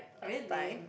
really